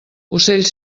ocell